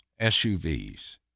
SUVs